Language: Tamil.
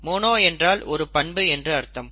மோனோ என்றால் ஒரு பண்பு என்று அர்த்தம்